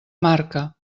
marca